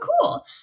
cool